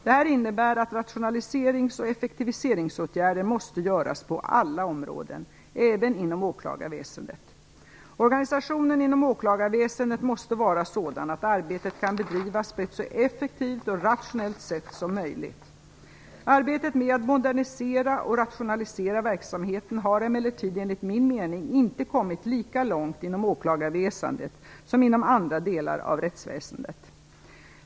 Detta innebär att rationaliserings och effektiviseringsåtgärder måste göras på alla områden, även inom åklagarväsendet. Organisationen inom åklagarväsendet måste vara sådan att arbetet kan bedrivas på ett så effektivt och rationellt sätt som möjligt. Arbetet med att modernisera och rationalisera verksamheten har emellertid enligt min mening inte kommit lika långt inom åklagarväsendet som inom andra delar av rättsväsendet.